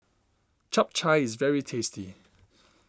Chap Chai is very tasty